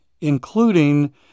including